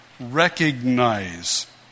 recognize